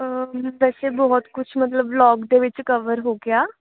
ਵੈਸੇ ਬਹੁਤ ਕੁਛ ਮਤਲਬ ਵਲੋਗ ਦੇ ਵਿੱਚ ਕਵਰ ਹੋ ਗਿਆ